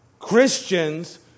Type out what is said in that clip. Christians